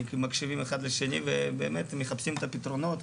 מקשיבים אחד לשני ובאמת מחפשים את הפתרונות.